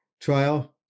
trial